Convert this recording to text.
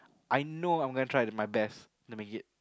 I know I'm gonna try my best to make it